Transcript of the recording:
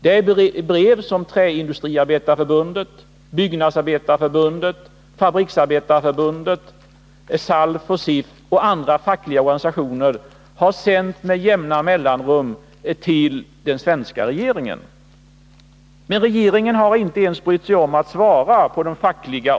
De brev som Träindustriarbetareförbundet, Byggnadsarbetareförbundet, Fabriksarbetareförbundet, SALF och SIF och andra fackliga organisationer med jämna mellanrum har sänt till den svenska regeringen har regeringen inte ens brytt sig om att svara på.